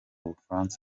bufaransa